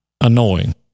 annoying